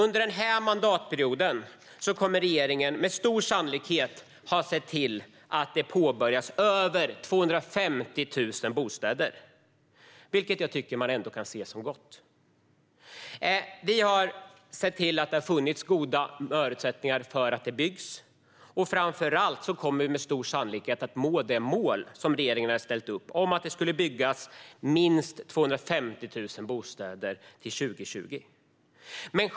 Under den här mandatperioden kommer regeringen med stor sannolikhet att ha sett till att över 250 000 bostäder har påbörjats, vilket jag ändå tycker kan ses som gott. Vi har sett till att det har funnits goda förutsättningar för att det ska byggas. Framför allt kommer vi med stor sannolikhet att nå det mål som regeringen har satt upp om att det ska byggas minst 250 000 bostäder till 2020.